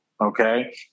Okay